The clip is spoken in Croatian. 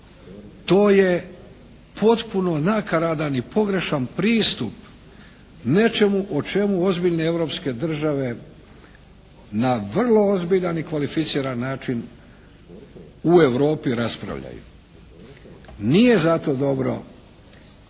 To je potpuno nakaradan i pogrešan pristup nečemu o čemu ozbiljne europske države na vrlo ozbiljan i kvalificiran način u Europi raspravljaju. Nije zato dobre